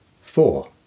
Four